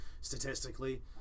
Statistically